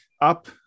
up